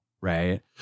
right